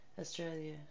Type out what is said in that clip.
Australia